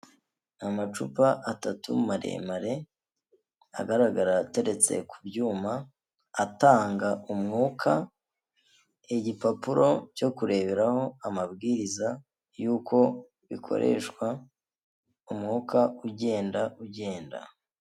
Amacupa atatu maremare, agaragara ateretse ku byuma, atanga umwuka igipapuro cyo kureberaho amabwiriza, y'uko bikoreshwa umwuka ugenda ugenda.